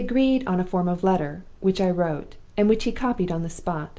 we agreed on a form of letter which i wrote, and which he copied on the spot.